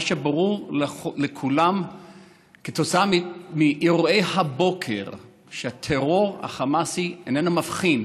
מה שברור לכולם כתוצאה מאירועי הבוקר הוא שהטרור החמאסי איננו מבחין